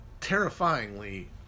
terrifyingly